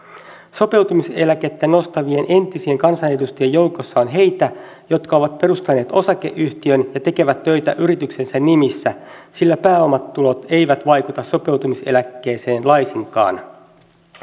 sopeutumiseläkettä nostavien entisien kansanedustajien joukossa on heitä jotka ovat perustaneet osakeyhtiön ja tekevät töitä yrityksensä nimissä sillä pääomatulot eivät vaikuta sopeutumiseläkkeeseen laisinkaan